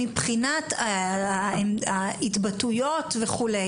מבחינת התבטאויות כו'.